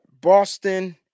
Boston